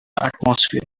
atmosphere